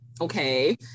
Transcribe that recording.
Okay